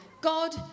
God